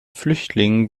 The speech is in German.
flüchtlingen